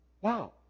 Wow